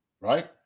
right